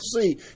see